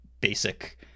basic